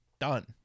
done